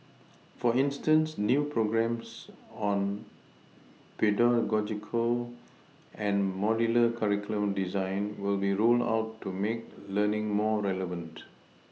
for instance new programmes on pedagogical and modular curriculum design will be rolled out to make learning more relevant